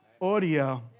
audio